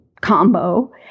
combo